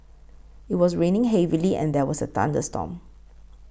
it was raining heavily and there was a thunderstorm